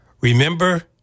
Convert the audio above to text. Remember